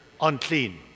unclean